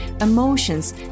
emotions